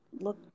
look